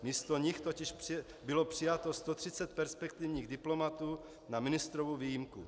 Místo nich totiž bylo přijato 130 perspektivních diplomatů na ministrovu výjimku.